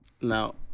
now